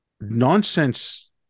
nonsense